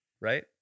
Right